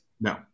no